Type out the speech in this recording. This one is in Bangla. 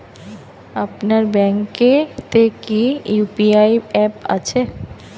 আপনার ব্যাঙ্ক এ তে কি ইউ.পি.আই অ্যাপ আছে?